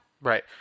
Right